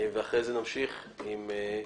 ואחרי זה נמשיך עם המשרדים.